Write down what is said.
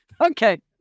Okay